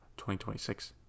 2026